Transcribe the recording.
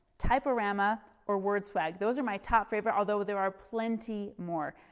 typorama or word swag, those are my top favorite although there are plenty more.